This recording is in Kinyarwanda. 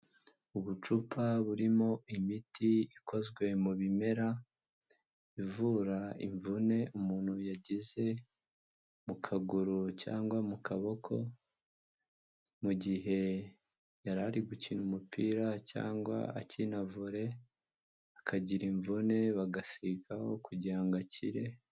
Ubucupa burimo imiti ikozwe mu bimera, ivura imvune umuntu yagize mu kaguru cyangwa mu kaboko, mu gihe yari ari gukina umupira cyangwa akina vore akagira imvune bagasigaho kugira ngo akire.